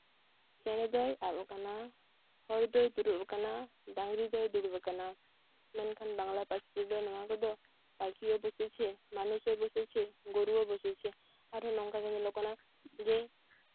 ᱪᱮᱬᱮ ᱫᱚᱭ ᱟᱵ ᱠᱟᱱᱟ ᱦᱚᱲ ᱫᱚᱭ ᱫᱩᱲᱩᱵ ᱠᱟᱱᱟ ᱰᱟᱹᱝᱨᱤ ᱫᱚᱭ ᱫᱩᱲᱩᱵ ᱠᱟᱱᱟ ᱢᱮᱱᱠᱷᱟᱱ ᱵᱟᱝᱞᱟ ᱯᱟᱹᱨᱥᱤ ᱛᱮᱫᱚ ᱱᱚᱣᱟ ᱠᱚᱫᱚ ᱯᱟᱠᱷᱤᱭᱳᱣ ᱵᱚᱥᱮᱪᱷᱮ ᱢᱟᱱᱩᱥᱳᱣ ᱵᱚᱥᱮᱪᱷᱮ ᱜᱳᱨᱩᱨᱳ ᱵᱚᱥᱮᱪᱷᱮ ᱟᱨᱚ ᱱᱚᱝᱠᱟᱜᱮ ᱧᱮᱞᱚᱜ ᱠᱟᱱᱟ ᱡᱮ